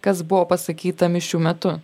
kas buvo pasakyta mišių metu